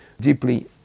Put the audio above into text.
deeply